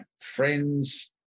friends